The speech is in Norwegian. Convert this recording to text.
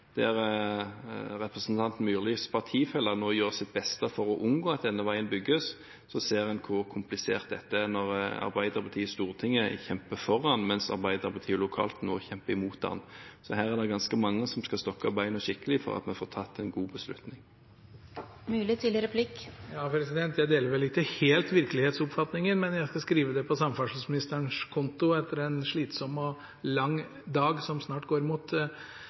der representanten Myrlis partifeller nå gjør sitt beste for å unngå at denne veien bygges, ser en hvor komplisert dette er. Arbeiderpartiet i Stortinget kjemper for den, mens Arbeiderpartiet lokalt nå kjemper imot den. Her er det ganske mange som skal stokke beina skikkelig for at vi får tatt en god beslutning. Jeg deler vel ikke helt virkelighetsoppfatningen, men jeg skal skrive det på samferdselsministerens konto etter en slitsom og lang dag som snart går mot